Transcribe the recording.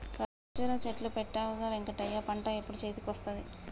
కర్జురా చెట్లు పెట్టవుగా వెంకటయ్య పంట ఎప్పుడు చేతికొస్తది